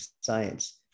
science